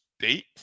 State